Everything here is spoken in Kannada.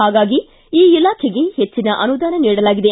ಹಾಗಾಗಿ ಈ ಇಲಾಖೆಗೆ ಹೆಚ್ಚನ ಅನುದಾನ ನೀಡಲಾಗಿದೆ